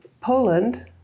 Poland